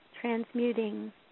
transmuting